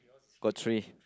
got tree